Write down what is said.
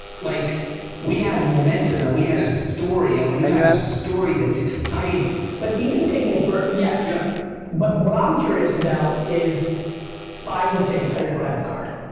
like we had momentum, and we had a story, and when you have a story that's exciting but even taking it for, yes. yeah but what i'm curious about is buying the tickets on your credit card.